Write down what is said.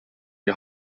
die